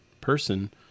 person